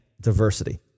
diversity